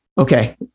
okay